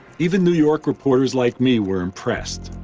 even new york reporters like me were impressed.